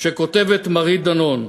שכותבת מרית דנון: